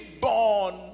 born